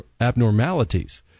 abnormalities